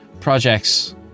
Projects